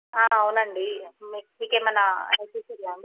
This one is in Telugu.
అవును అండి మీకు ఏమైనా అనిపించిందా అండి